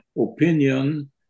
opinion